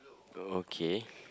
okay